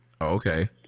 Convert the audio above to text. okay